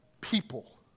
people